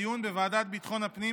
לדיון בוועדת ביטחון הפנים,